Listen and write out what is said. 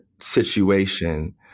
situation